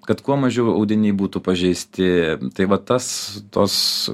kad kuo mažiau audiniai būtų pažeisti tai va tas tos